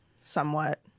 somewhat